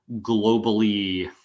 globally